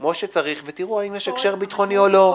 כמו שצריך ותראו האם יש הקשר ביטחוני או לא.